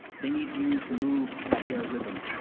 they need you to move at their rhythm.